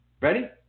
Ready